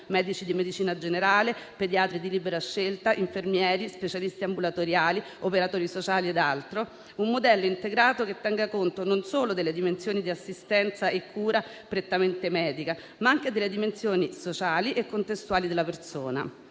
medici di medicina generale, pediatri di libera scelta, infermieri, specialisti ambulatoriali, operatori sociali ed altro - un modello integrato che tenga conto non solo delle dimensioni di assistenza e cura prettamente medica, ma anche delle dimensioni sociali e contestuali della persona.